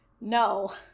No